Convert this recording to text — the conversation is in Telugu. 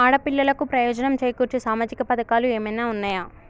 ఆడపిల్లలకు ప్రయోజనం చేకూర్చే సామాజిక పథకాలు ఏమైనా ఉన్నయా?